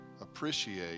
appreciate